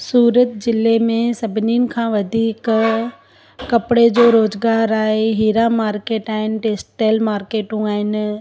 सूरत जिले में सभिनीनि खां वधीक कपिड़े जो रोज़गार आहे हीरा मार्केट आहिनि टेक्सटाइल मार्केटू आहिनि